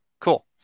cool